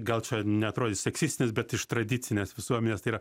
gal čia neatrodys seksistinis bet iš tradicinės visuomenės tai yra